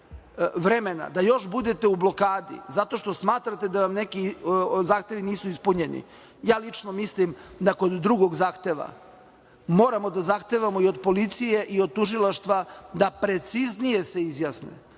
vremena da još budete u blokadi zato što smatrate da vam neki zahtevi nisu ispunjeni... Lično mislim da kod drugog zahteva moramo da zahtevamo i od policije i od tužilaštva da preciznije se izjasne,